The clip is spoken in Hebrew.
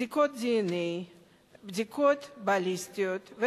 בדיקות DNA ובדיקות בליסטיות.